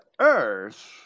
earth